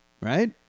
Right